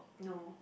no